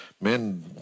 men